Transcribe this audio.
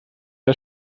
der